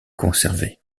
conservée